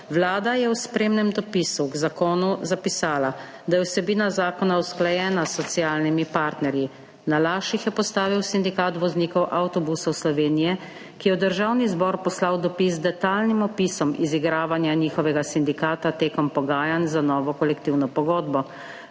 Vlada je v spremnem dopisu k zakonu zapisala, da je vsebina zakona usklajena s socialnimi partnerji. Na laž jih je postavil Sindikat voznikov avtobusov Slovenije, ki je v Državni zbor poslal dopis z detajlnim opisom izigravanja njihovega sindikata med pogajanji za novo kolektivno pogodbo.